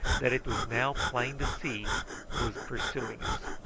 that it was now plain to see was pursuing us,